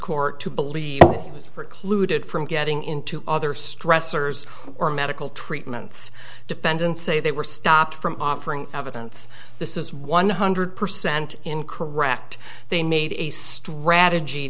court to believe that precluded from getting into other stressors or medical treatments defendants say they were stopped from offering evidence this is one hundred percent in correct they made a strategy